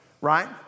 right